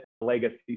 legacy